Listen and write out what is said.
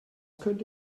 könnte